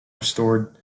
restored